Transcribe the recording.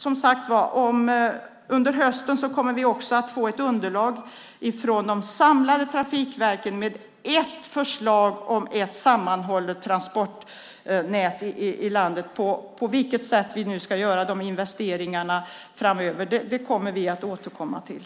Som sagt kommer vi under hösten att få ett underlag från de samlade trafikverken med ett förslag om ett sammanhållet transportnät i landet. På vilket sätt vi ska göra investeringarna framöver kommer vi att återkomma till.